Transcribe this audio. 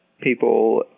people